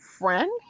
friend